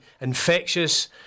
infectious